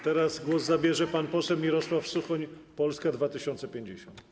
Teraz głos zabierze pan poseł Mirosław Suchoń, Polska 2050.